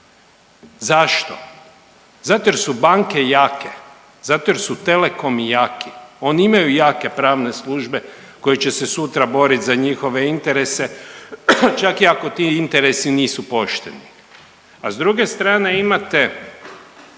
Zašto? Zato jer su banke jake, zato jer su telekomi jaki. Oni imaju jake pravne službe koje će se sutra boriti za njihove interese, čak i ako ti interesi nisu pošteni. A s druge strane imate